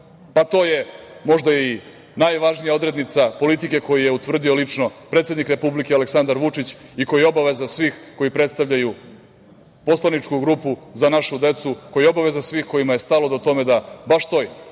pa to je možda i najvažnija odrednica politike koju je utvrdio lično predsednik Republike Aleksandar Vučić i koji je obaveza svih koji predstavljaju poslaničku grupu Aleksandar Vučić – Za našu decu, koja je obaveza svih kojima je stalo do toga da baš toj